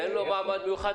אין לו מעמד מיוחד.